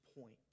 point